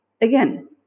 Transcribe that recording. again